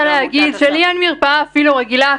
אני רוצה לומר שלי בשכונה אין אפילו מרפאה אחת רגילה.